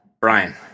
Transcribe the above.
Brian